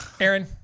Aaron